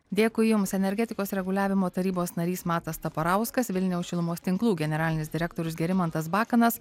dėkui jums energetikos reguliavimo tarybos narys matas taparauskas vilniaus šilumos tinklų generalinis direktorius gerimantas bakanas